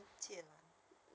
mm